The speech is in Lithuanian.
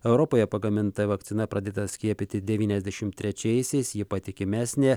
europoje pagaminta vakcina pradėta skiepyti devyniasdešim trečiaisiais ji patikimesnė